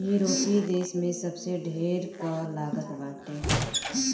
यूरोपीय देस में सबसे ढेर कर लागत बाटे